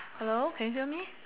hello can you hear me